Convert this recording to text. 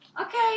okay